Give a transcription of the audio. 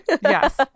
Yes